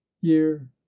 year